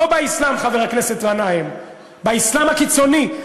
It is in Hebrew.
לא באסלאם, חבר הכנסת גנאים, באסלאם הקיצוני.